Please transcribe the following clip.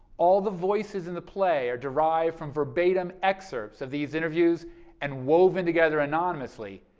all the voices in the play are derived from verbatim excerpts of these interviews and woven together anonymously,